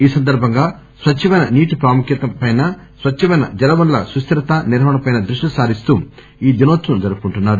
ఈ సందర్బంగా స్వచ్చమైన నీటి ప్రాముఖ్యత పైన స్వచ్చమైన జలవనరుల సుస్థిర నిర్వహణపైన దృష్టి సారిస్తూ ఈ దినోత్సవం జరుపుకుంటున్నారు